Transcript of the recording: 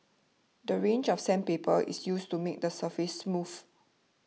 the range of sandpaper is used to make the surface smooth